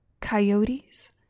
coyotes